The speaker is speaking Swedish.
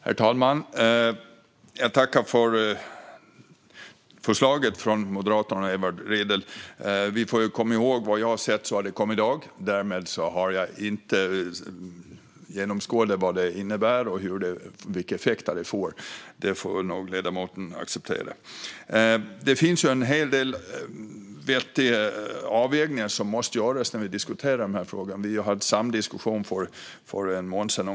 Herr talman! Jag tackar för förslaget från Moderaterna och Edward Riedl. Vad jag har sett kom det i dag. Därmed har jag inte sett vad det innebär och vilka effekter det får; detta får nog ledamoten acceptera. Det finns ju en hel del vettiga avvägningar som måste göras när vi diskuterar dessa frågor. Vi hade samma diskussion för ungefär en månad sedan.